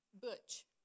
Butch